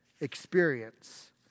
experience